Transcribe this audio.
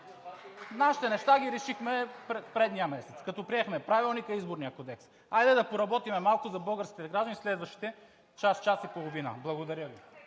Нашите неща ги решихме предния месец, като приехме Правилника и Изборния кодекс. Хайде да поработим малко за българските граждани следващите час – час и половина. Благодаря Ви.